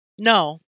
No